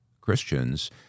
Christians